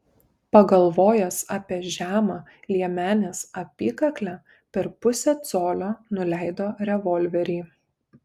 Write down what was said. pagalvojęs apie žemą liemenės apykaklę per pusę colio nuleido revolverį